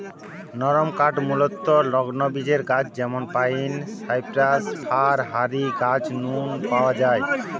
নরমকাঠ মূলতঃ নগ্নবীজের গাছ যেমন পাইন, সাইপ্রাস, ফার হারি গাছ নু পাওয়া যায়